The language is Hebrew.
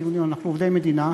אתם יודעים, אנחנו עובדי מדינה,